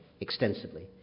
extensively